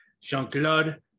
Jean-Claude